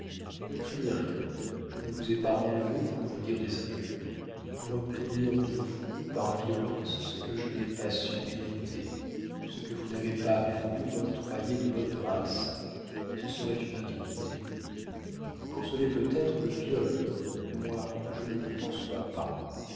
ne craignez rien je ne vous ai pas enlevée pour vous dire des injures pour obtenir de vous par violence ce que je n'ai pas su mériter ce que vous n'avez pas voulu m'octroyer de bonne grâce ce serait une indignité vous concevez peut-être le viol moi je ne le conçois pas